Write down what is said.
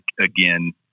again